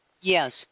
Yes